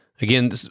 Again